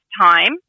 time